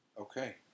Okay